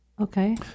Okay